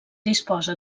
disposa